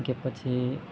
કે પછી